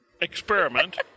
experiment